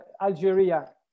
Algeria